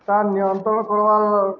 ତାର୍ ନିୟନ୍ତ୍ରଣ କର୍ବାର୍